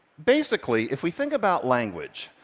basically, if we think about language,